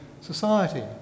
society